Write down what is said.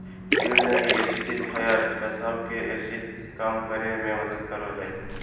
urinary acidifiers पेशाब के acid कम करे मे मदद करो हय